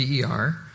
DER